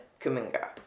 Kaminga